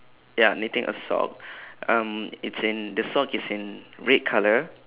ya knitting a sock um it's in the sock is in red colour